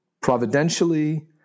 providentially